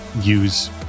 use